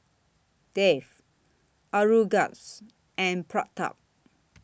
Dev Aurangzeb and Pratap